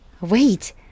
wait